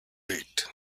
wait